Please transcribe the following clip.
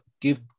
give